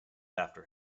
after